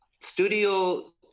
Studio